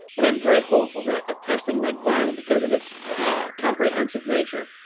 but i'm very hopeful that a testing like viome, because of it's comprehensive nature,